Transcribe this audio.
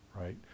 right